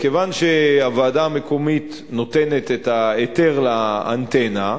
כיוון שהוועדה המקומית נותנת את ההיתר לאנטנה,